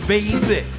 baby